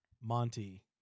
Monty